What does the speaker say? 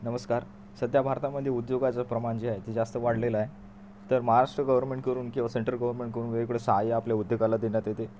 नमस्कार सद्या भारतामध्ये उद्योगाचं प्रमाण जे आहे ते जास्त वाढलेलं तर महाराष्ट्र गव्हर्नमेंटकडून किंवा सेंट्रल गव्हर्नमेंटकडून वेगवेगळे साहाय्य आपल्या उद्योगाला देण्यात येते